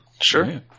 sure